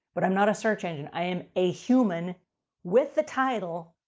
but i'm not a search engine, i am a human with a title,